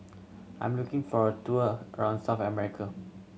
I am looking for a tour around South